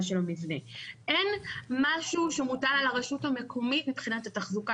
אין משהו שמוטל על הרשות המקומית מבחינת התחזוקה